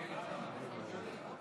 תוצאות ההצבעה: